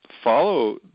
follow